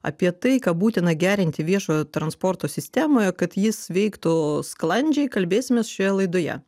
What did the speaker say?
apie tai ką būtina gerinti viešojo transporto sistemoje kad jis veiktų sklandžiai kalbėsimės šioje laidoje